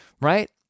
Right